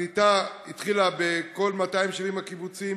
הקליטה התחילה בכל 270 הקיבוצים.